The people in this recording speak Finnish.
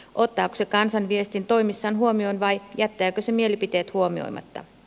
ottaako se kansan viestin toimissaan huomioon vai jättääkö se mielipiteet huomioimatta